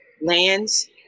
lands